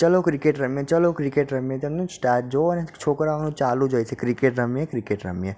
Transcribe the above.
ચાલો ક્રિકેટ રમીએ ચાલો ક્રિકેટ રમીએ તેમનું જુઓને છોકરાંઓનું ચાલુ જ હોય છે ક્રિકેટ રમીએ ક્રિકેટ રમીએ